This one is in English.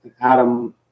adam